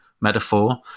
metaphor